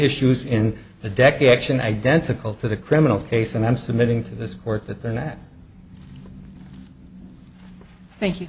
issues in the deck action identical to the criminal case and i'm submitting to this or that then that thank you